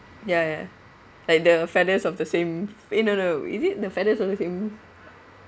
ya ya like the feathers of the same eh no no is it the feathers of the same